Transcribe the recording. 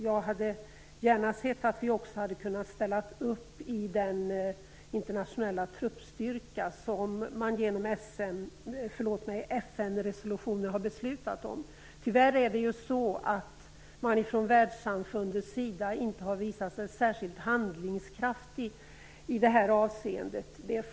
Jag hade gärna sett att vi också hade kunnat ställa upp i den internationella truppstyrka som man genom FN-resolutioner har beslutat om. Tyvärr har man ifrån världssamfundets sida inte visat sig särskilt handlingskraftig.